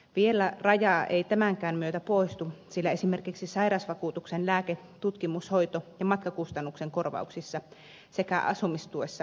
vielä raja ei tämänkään myötä poistu sillä esimerkiksi sairausvakuutuksen lääke tutkimus hoito ja matkakustannusten korvauksissa sekä asumistuessa ero säilyy